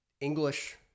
english